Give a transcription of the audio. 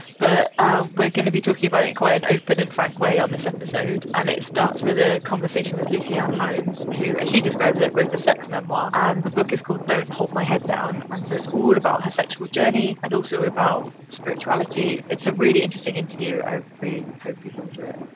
but we're going to be talking about it in quite an open and frank way on this episode and it starts with a conversation with lucy-anne holmes who as she described it wrote a sex memoir and the book is called don't hold my head down and so it's all about her sexual journey and also about spirituality. it's a really interesting interview i really hope people enjoy it.